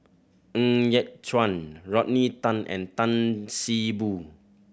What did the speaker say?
Ng Yat Chuan Rodney Tan and Tan See Boo